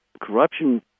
corruption